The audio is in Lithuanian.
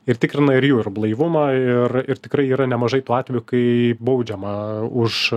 ir tikrina ir jų ir blaivumą ir ir tikrai yra nemažai tų atveju kai baudžiama už